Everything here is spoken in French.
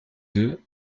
deux